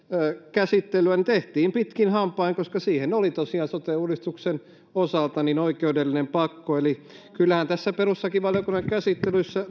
käsittelyä tehtiin pitkin hampain koska siihen oli tosiaan sote uudistuksen osalta oikeudellinen pakko eli kyllähän tässä perustuslakivaliokunnan käsittelyssä